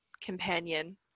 companion